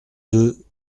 deux